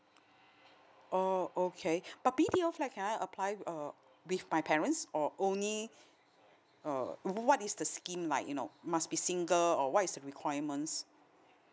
oh okay but B_T_O flat can I apply uh with my parents or only uh what is the scheme like you know must be single or what is the requirements